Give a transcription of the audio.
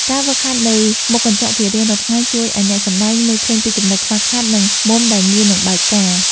ការហ្វឹកហាត់នៅមុខកញ្ចក់ជារៀងរាល់ថ្ងៃជួយឱ្យអ្នកសម្តែងមើលឃើញពីចំណុចខ្វះខាត និង មុំដែលងាយនឹងបែកការណ៍។